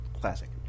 Classic